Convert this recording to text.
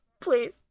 Please